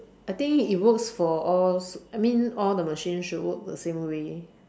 I think it works for all I mean all the machines should work the same way